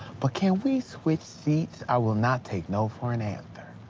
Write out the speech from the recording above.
but can we switch seats? i will not take no for an answer.